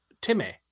Timmy